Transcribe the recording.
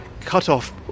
cutoff